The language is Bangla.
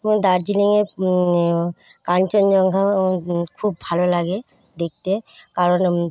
এবং দার্জিলিংয়ে কাঞ্চনজঙ্ঘাও খুব ভালো লাগে দেখতে কারণ